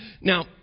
Now